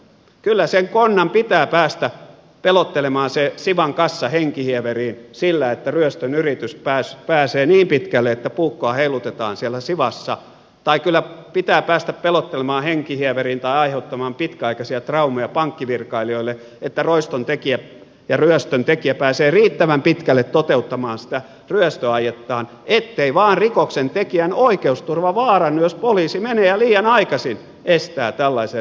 kyllä sen konnan pitää päästä pelottelemaan se siwan kassa henkihieveriin sillä että ryöstön yritys pääsee niin pitkälle että puukkoa heilutetaan siellä siwassa tai kyllä pitää päästä pelottelemaan henkihieveriin tai aiheuttamaan pitkäaikaisia traumoja pankkivirkailijoille että ryöstön tekijä pääsee riittävän pitkälle toteuttamaan sitä ryöstöaiettaan ettei vain rikoksentekijän oikeusturva vaarannu jos poliisi menee ja liian aikaisin estää tällaisen rikoksen tekemisen